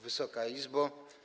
Wysoka Izbo!